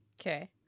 okay